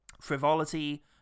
frivolity